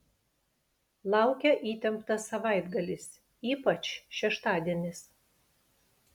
laukia įtemptas savaitgalis ypač šeštadienis